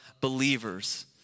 believers